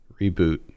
reboot